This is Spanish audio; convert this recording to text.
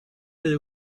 del